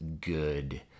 good